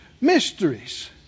mysteries